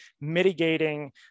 mitigating